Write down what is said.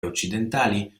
occidentali